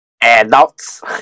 ADULTS